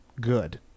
good